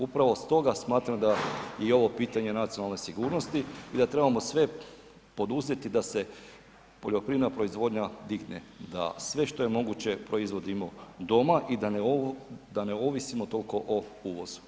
Upravo stoga smatram da je i ovo pitanje nacionalne sigurnosti i da trebamo sve poduzeti da se poljoprivredna proizvodnja digne, da sve što je moguće proizvodimo doma i da ne ovisimo tolko o uvozu.